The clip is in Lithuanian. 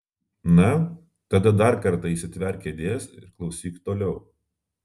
na tada dar kartą įsitverk kėdės ir klausyk toliau